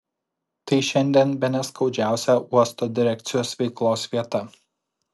tai šiandien bene skaudžiausia uosto direkcijos veiklos vieta